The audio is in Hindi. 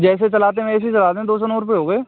जैसे चलाते हैं वैसे ही चलाते हैं दो सौ नौ रुपये हो गए